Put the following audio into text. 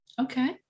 Okay